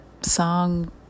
song